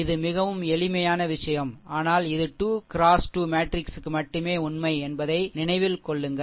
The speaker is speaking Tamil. இது மிகவும் எளிமையான விஷயம் ஆனால் இது 2 முதல் 2 மேட்ரிக்ஸுக்கு மட்டுமே உண்மை என்பதை நினைவில் கொள்ளுங்கள்